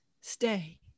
stay